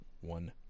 one